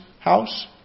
house